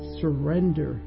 surrender